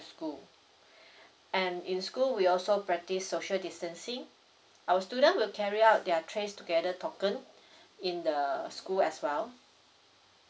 school and in school we also practice social distancing our student will carry out their tracetogether token in the uh school as well